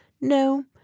No